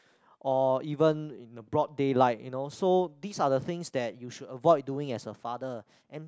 or even in the broad daylight you know so these are the things you that should avoid doing as a father and